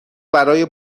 برای